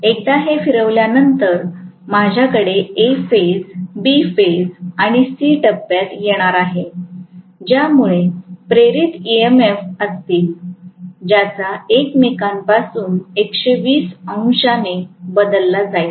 एकदा हे फिरवल्यानंतर माझ्याकडे ए फेज बी फेज आणि सी टप्प्यात येणार आहे ज्यामुळे प्रेरित ईएमएफ असतील ज्याचा वेळ एकमेकांपासून 120 अंशां ने बदलला जाईल